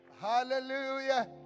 Hallelujah